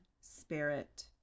Spirit